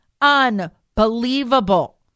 Unbelievable